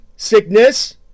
sickness